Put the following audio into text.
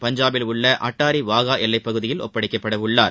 பஞ்சாபில் உள்ள அட்டாரி வாகா எல்லைப்பகுதியில் ஒப்படைக்கப்படவுள்ளார்